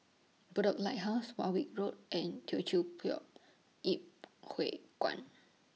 Bedok Lighthouse Warwick Road and Teochew Poit Ip Huay Kuan